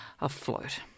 afloat